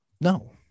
No